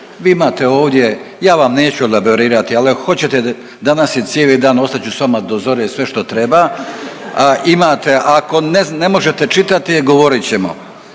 vi imate ovdje, ja vam neću elaborirati, ali ako hoćete danas je cijeli dan ostat ću s vama do zore sve što treba imate, a ako ne možete čitati govorit ćemo.